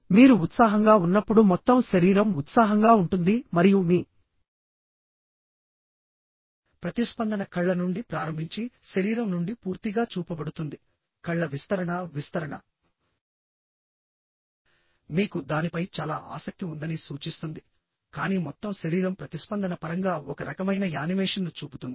మీరు ఉత్సాహంగా ఉన్నప్పుడు మొత్తం శరీరం ఉత్సాహంగా ఉంటుంది మరియు మీ ప్రతిస్పందన కళ్ళ నుండి ప్రారంభించి శరీరం నుండి పూర్తిగా చూపబడుతుంది కళ్ళ విస్తరణ విస్తరణ మీకు దానిపై చాలా ఆసక్తి ఉందని సూచిస్తుందికానీ మొత్తం శరీరం ప్రతిస్పందన పరంగా ఒక రకమైన యానిమేషన్ను చూపుతుంది